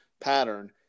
pattern